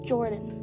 Jordan